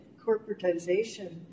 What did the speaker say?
corporatization